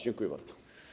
Dziękuję bardzo.